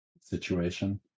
situation